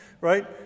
right